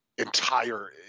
entire